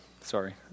Sorry